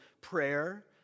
prayer